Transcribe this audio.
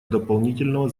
дополнительного